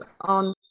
on